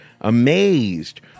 amazed